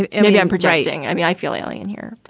and and maybe i'm projecting. i mean, i feel alien here,